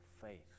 faith